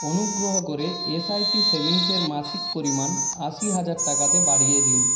অনুগ্রহ করে S I P সেভিংসের মাসিক পরিমাণ আশি হাজার টাকাতে বাড়িয়ে দিন